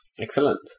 Excellent